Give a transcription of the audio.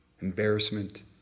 Embarrassment